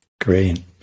Great